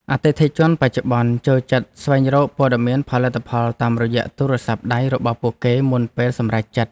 អតិថិជនបច្ចុប្បន្នចូលចិត្តស្វែងរកព័ត៌មានផលិតផលតាមរយៈទូរស័ព្ទដៃរបស់ពួកគេមុនពេលសម្រេចចិត្ត។